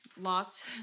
Lost